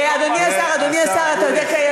אדוני השר, אדוני השר, השר